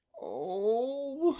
oh!